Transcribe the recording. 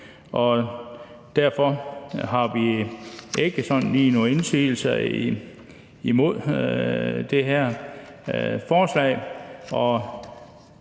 Derfor har vi ikke sådan lige nogle indsigelser mod det her forslag.